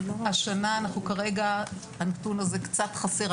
השנה, כרגע הנתון הזה קצת חסר.